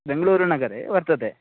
बेङ्ग्ळूरुनगरे वर्तते